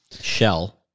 shell